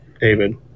David